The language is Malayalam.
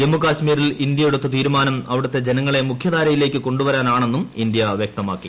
ജമ്മു കാശ്മീരിൽ ഇന്ത്യ എടുത്ത തീരുമാനം അവിടത്തെ ജനങ്ങളെ മുഖ്യധാരയിലേയ്ക്ക് കൊണ്ടുവരാനാണെന്നും ഇന്ത്യ വ്യക്തമാക്കി